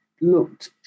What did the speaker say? looked